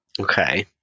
Okay